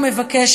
הוא מבקש,